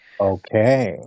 Okay